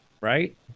right